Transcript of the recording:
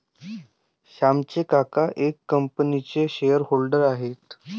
श्यामचे काका एका कंपनीचे शेअर होल्डर आहेत